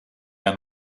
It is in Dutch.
een